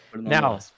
now